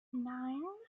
nine